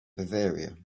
bavaria